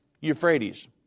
Euphrates